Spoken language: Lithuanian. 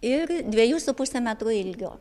ir dviejų su puse metrų ilgio